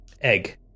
egg